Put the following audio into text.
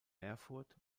erfurt